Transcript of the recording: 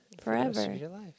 Forever